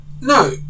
no